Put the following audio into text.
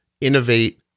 innovate